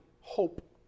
hope